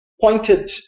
pointed